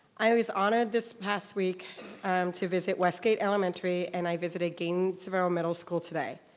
i was honored this past week um to visit west gate elementary, and i visited gainesville middle school today.